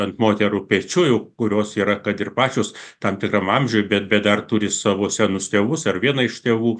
ant moterų pečių kurios yra kad ir pačios tam tikram amžiui bet bet dar turi savo senus tėvus ar vieną iš tėvų